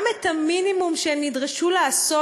גם את המינימום שהם נדרשו לעשות,